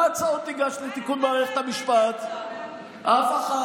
הצעות לתיקון מערכת המשפט הגשת?